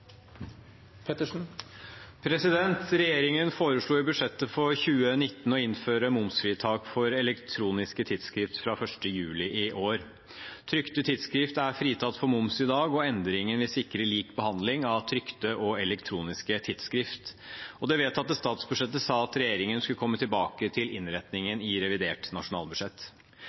i budsjettet for 2019 å innføre momsfritak for elektroniske tidsskrift fra 1. juli i år. Trykte tidsskrift er fritatt for moms i dag, og endringen vil sikre lik behandling av trykte og elektroniske tidsskrift. Det vedtatte statsbudsjettet sa at regjeringen skulle komme tilbake til innretningen i revidert nasjonalbudsjett.